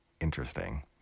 interesting